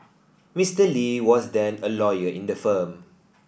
Mister Lee was then a lawyer in the firm